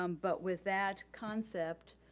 um but with that concept,